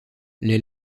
les